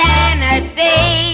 Tennessee